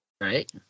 Right